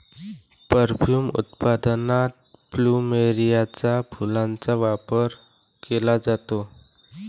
perfume उत्पादनात प्लुमेरियाच्या फुलांचा वापर केला जातो